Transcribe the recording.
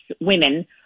women